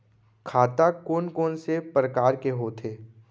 खाता कोन कोन से परकार के होथे?